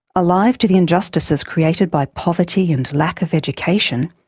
alive to the injustices created by poverty and lack of education,